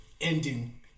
ending